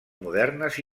modernes